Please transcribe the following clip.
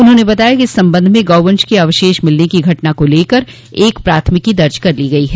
उन्होंने बताया कि इस संबंध में गौवंश के अवशेष मिलने की घटना को लेकर एक पाथमिकी दर्ज कर ली गई है